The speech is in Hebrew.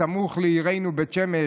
סמוך לעירנו בית שמש,